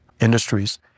industries